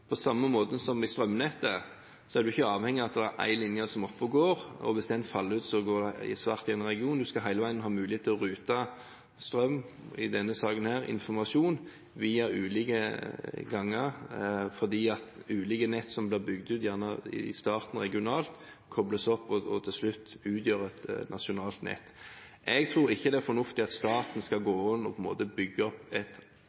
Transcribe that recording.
på samme måte som med strømnettet er en ikke avhengig av én linje som er oppe og går, og hvis den faller ut, går den regionen i svart. En vil hele tiden ha mulighet til å rute strøm – i denne saken, informasjon – via ulike ganger fordi ulike nett som i starten gjerne blir bygd opp regionalt, kobles sammen og til slutt utgjør et nasjonalt nett. Jeg tror ikke det er fornuftig at staten bygger opp et